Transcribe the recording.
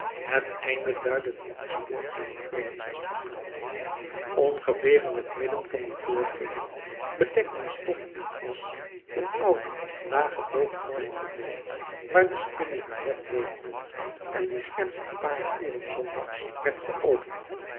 het einde duidde de koetspoort no aan ongeveer in het midden van dien voorgevel bedekten stof en asch een oude lage boogvormige deur waar de spinnen heur web weefden en die slechts een paar uren zondags werd geopend